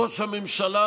ראש הממשלה